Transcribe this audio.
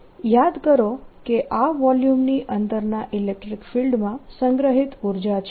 યાદ કરો કે આ વોલ્યુમની અંદરના ઇલેક્ટ્રીક ફિલ્ડમાં સંગ્રહિત ઉર્જા છે